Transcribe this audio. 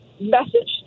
message